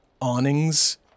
awnings